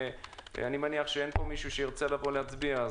ואני מניח שאין פה מישהו שירצה לבוא להצביע.